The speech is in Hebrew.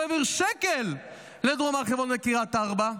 העביר שקל לדרום הר חברון וקריית ארבע.